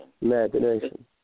imagination